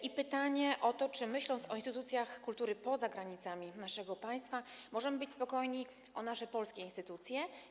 I pytanie o to, czy myśląc o instytucjach kultury poza granicami naszego państwa, możemy być spokojni o nasze polskie instytucje.